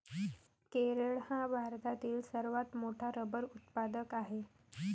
केरळ हा भारतातील सर्वात मोठा रबर उत्पादक आहे